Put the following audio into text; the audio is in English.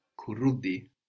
Kurudi